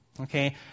okay